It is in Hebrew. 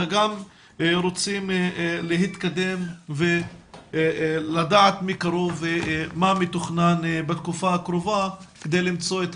אלא גם רוצים להתקדם ולדעת מקרוב מה מתוכנן בתקופה הקרובה כדי למצוא את